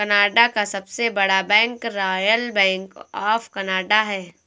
Canada का सबसे बड़ा bank royal bank of Canada है